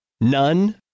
None